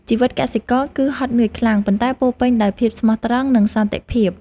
ជីវិតកសិករគឺហត់នឿយខ្លាំង ប៉ុន្តែពោរពេញដោយភាពស្មោះត្រង់ និងសន្តិភាព។